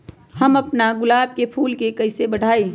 हम अपना गुलाब के फूल के कईसे बढ़ाई?